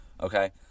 okay